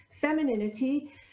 femininity